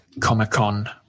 Comic-Con